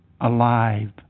alive